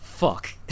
Fuck